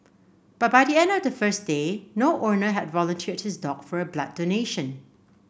but by the end of the first day no owner had volunteered his dog for a blood donation